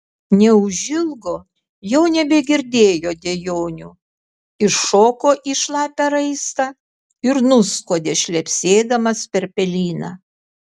neužilgo jau nebegirdėjo dejonių iššoko į šlapią raistą ir nuskuodė šlepsėdamas per pelyną